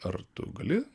ar tu gali